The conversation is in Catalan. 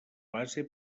base